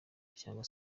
cyangwa